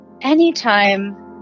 anytime